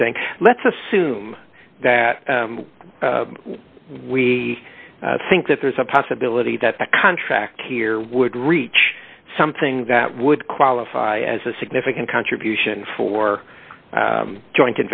by saying let's assume that we think that there's a possibility that a contract here would reach something that would qualify as a significant contribution for join